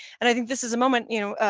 and i think this is a moment, you know,